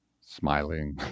smiling